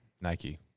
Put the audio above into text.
Nike